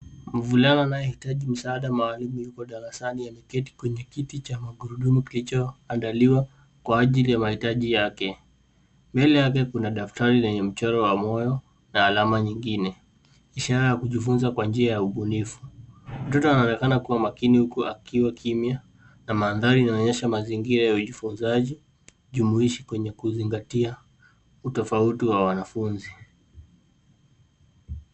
Mvulana anayehitaji msaada maalum yupo darasani ameketi kwenye kiti cha magurudumu kilichoandaliwa kwa ajili ya mahitaji yake. Mbele yake kuna daftari lenye mchoro wa moyo, na alama nyingine. Ishara ya kujifunza kwa njia ya ubunifu. Mtoto anaonekana kuwa makini huku akiwa kimya, na mandhari inaonyesha mazingira ya ujifunzaji jumuishi kwenye kuzingatia utofauti wa wanafunzi.